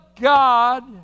God